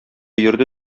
йөрде